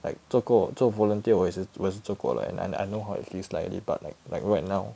like 做过做 volunteer 我也是我也是做了 and I know how it feels slightly but like like right now